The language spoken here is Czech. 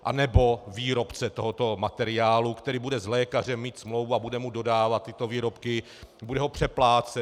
Anebo výrobce tohoto materiálu, který bude s lékařem mít smlouvu a bude mu dodávat tyto výrobky, bude ho přeplácet.